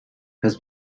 has